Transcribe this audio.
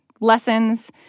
lessons